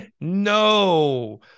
No